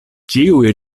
ĉiuj